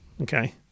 Okay